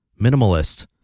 Minimalist